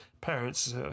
parents